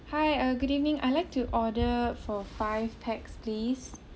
hi uh good evening I'd like to order for five pax please